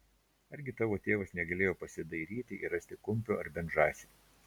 argi tavo tėvas negalėjo pasidairyti ir rasti kumpio ar bent žąsį